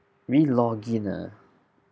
re-login ah